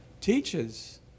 teaches